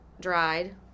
dried